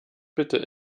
bitte